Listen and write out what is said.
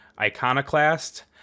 iconoclast